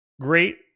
Great